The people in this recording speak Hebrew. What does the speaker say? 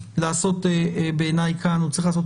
להיעשות כאן אלא בעיניי הוא צריך להיעשות